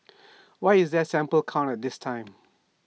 why is there A sample count this time